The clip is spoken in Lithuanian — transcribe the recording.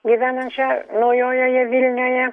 gyvenančią naujojoje vilnioje